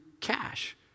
cash